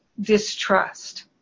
distrust